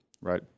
Right